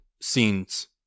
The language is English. scenes